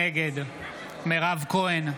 נגד מירב כהן,